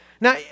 Now